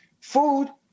food